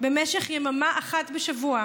במשך יממה אחת בשבוע.